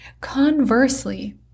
Conversely